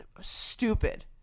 stupid